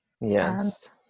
Yes